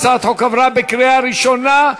הצעת החוק עברה בקריאה ראשונה,